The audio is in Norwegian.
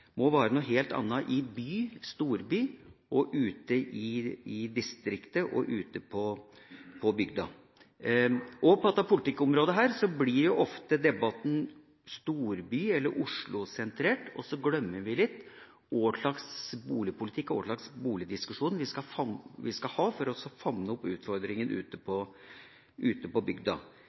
må være noe helt annet i by og storby enn ute i distriktet og på bygda. På dette politikkområdet blir debatten ofte storby- eller Oslo-sentrert, og så glemmer vi litt hva slags boligpolitikk og hva slags boligdiskusjon vi skal ha for å fange opp utfordringene ute på bygda